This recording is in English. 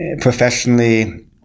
professionally